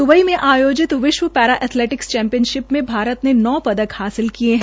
Dubai में आयोजित विश्व पैरा एथलेटिक्स चैम्पियनशिप में भारत ने नौ पदक हासिल किये है